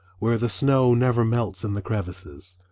where the snow never melts in the crevices,